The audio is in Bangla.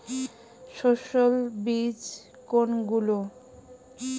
সস্যল বীজ কোনগুলো?